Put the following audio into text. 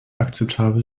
akzeptabel